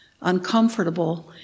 uncomfortable